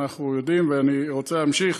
אנחנו יודעים ואני רוצה להמשיך.